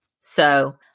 So-